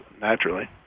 naturally